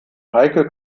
heike